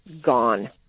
gone